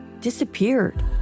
disappeared